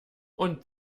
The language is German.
und